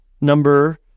number